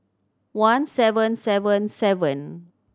one seven seven seven